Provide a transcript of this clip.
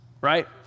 right